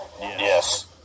Yes